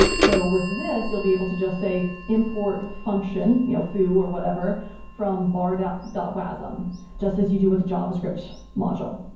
so, with this, you'd be able to just say, import function you know through or whatever from bardot. wasm just as you do with a java script module.